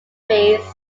base